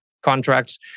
contracts